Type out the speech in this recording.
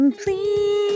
please